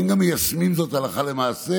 אם גם מיישמים זאת הלכה למעשה